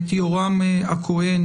את יורם הכהן,